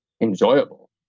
enjoyable